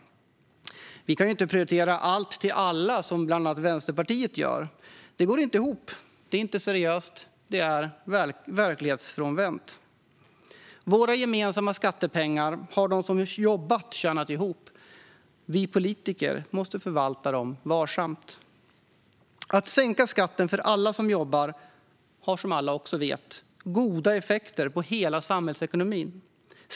Vi kan inte prioritera allt till alla, som bland annat Vänsterpartiet gör. Det går inte ihop. Det är inte seriöst. Det är verklighetsfrånvänt. Våra gemensamma skattepengar har de som jobbat tjänat ihop. Vi politiker måste förvalta dem varsamt. Att sänka skatten för alla som jobbar har som alla vet också goda effekter på hela samhällsekonomin.